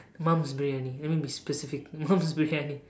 mom's briyani let me be specific mom's briyani